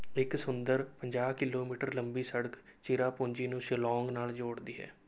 ਇੱਕ ਸੁੰਦਰ ਪੰਜਾਹ ਕਿਲੋਮੀਟਰ ਲੰਬੀ ਸੜਕ ਚੇਰਾਪੂੰਜੀ ਨੂੰ ਸ਼ਿਲੌਂਗ ਨਾਲ ਜੋੜਦੀ ਹੈ